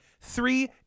Three